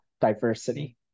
diversity